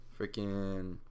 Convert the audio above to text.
Freaking